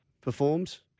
performs